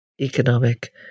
economic